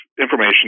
information